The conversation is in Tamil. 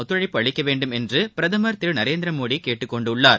ஒத்துழைப்பு அளிக்க வேண்டும் என்று பிரதமர் திரு நரேந்திரமோடி கேட்டுக் கொண்டுள்ளார்